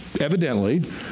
evidently